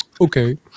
okay